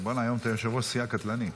היום אתה יושב-ראש סיעה קטלני.